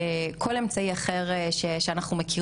כפי שצויין כאן קודם לכן,